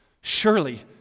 Surely